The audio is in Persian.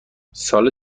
سال